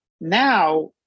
Now